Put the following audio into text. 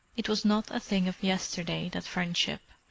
it was not a thing of yesterday, that friendship.